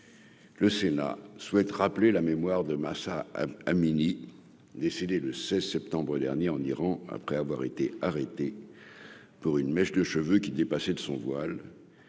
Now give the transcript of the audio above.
le Sénat souhaite rappeler la mémoire de Mahsa Amini, décédé le 16 septembre dernier en Iran après avoir été arrêté pour une mèche de cheveux qui dépassaient de son voile